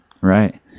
Right